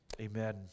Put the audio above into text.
amen